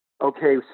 okay